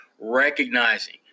recognizing